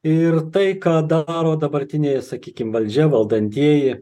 ir tai ką daro dabartinė sakykim valdžia valdantieji